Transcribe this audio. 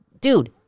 Dude